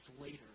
later